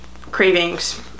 Cravings